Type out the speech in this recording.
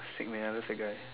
sick man I love the guy